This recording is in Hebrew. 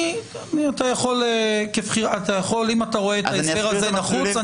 אם אתה רואה את ההסבר הזה נחוץ.